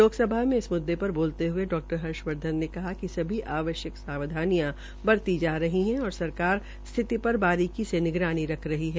लोकसभा में इस मुद्दे पर बोलते हये डा हर्षवर्धन ने कहा कि सभी आवश्यक सावधानियां बरती जा रही है और सरकार स्थिति पर बारीकी से निगरानी रख रही है